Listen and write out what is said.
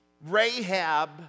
Rahab